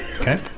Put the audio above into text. Okay